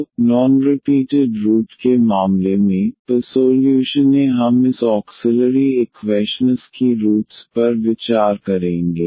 तो non repeated root के मामले में पसोल्यूशन े हम इस ऑक्सिलरी इक्वैशनस की रूटस् पर विचार करेंगे